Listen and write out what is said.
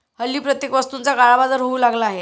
हल्ली प्रत्येक वस्तूचा काळाबाजार होऊ लागला आहे